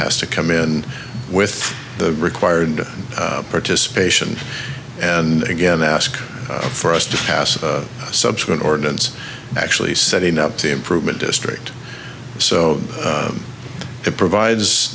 has to come in with the required participation and again ask for us to pass a subsequent ordinance actually setting up the improvement district so it provides